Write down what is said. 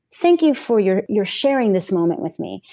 thank you for your your sharing this moment with me.